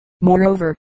Moreover